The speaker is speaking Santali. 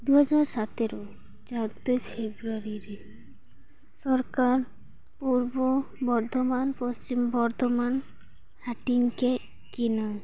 ᱫᱩᱦᱟᱡᱟᱨ ᱥᱚᱛᱮᱨᱳ ᱪᱳᱫᱽᱫᱳᱭ ᱯᱷᱮᱵᱽᱨᱟᱨᱤ ᱨᱮ ᱥᱚᱨᱠᱟᱨ ᱯᱩᱨᱵᱚ ᱵᱚᱨᱫᱷᱚᱢᱟᱱ ᱯᱚᱥᱪᱤᱢ ᱵᱚᱨᱫᱷᱚᱢᱟᱵ ᱦᱟᱹᱴᱤᱧ ᱠᱮᱫ ᱠᱤᱱᱟᱹ